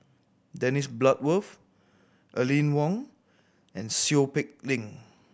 Dennis Bloodworth Aline Wong and Seow Peck Leng